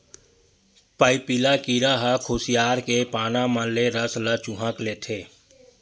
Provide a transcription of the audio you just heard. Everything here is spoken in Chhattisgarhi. पाइपिला कीरा ह खुसियार के पाना मन ले रस ल चूंहक लेथे